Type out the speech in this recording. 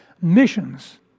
Missions